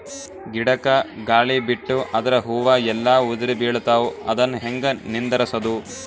ಗಿಡಕ, ಗಾಳಿ ಬಿಟ್ಟು ಅದರ ಹೂವ ಎಲ್ಲಾ ಉದುರಿಬೀಳತಾವ, ಅದನ್ ಹೆಂಗ ನಿಂದರಸದು?